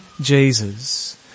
Jesus